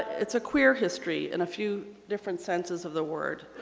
it's a queer history in a few different senses of the word.